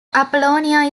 apollonia